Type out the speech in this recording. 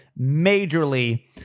majorly